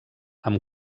amb